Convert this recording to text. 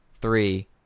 Three